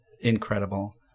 incredible